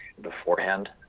beforehand